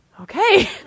okay